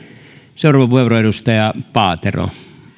seuraava puheenvuoro edustaja paatero